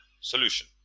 solution